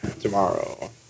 tomorrow